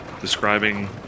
describing